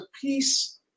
peace